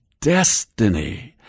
destiny